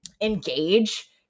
engage